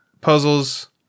puzzles